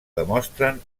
demostren